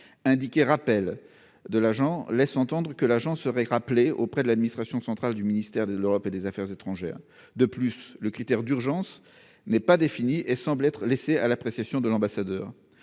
« rappel de tout agent » laisse entendre que celui-ci serait rappelé auprès de l'administration centrale du ministère de l'Europe et des affaires étrangères. De plus, le critère d'urgence n'est pas défini et semble être laissé à l'appréciation de l'ambassadeur.